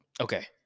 Okay